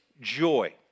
joy